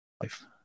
life